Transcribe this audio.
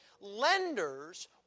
Lenders